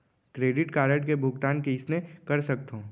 Credit card के भुगतान कईसने कर सकथो?